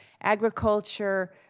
Agriculture